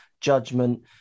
judgment